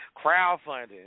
crowdfunding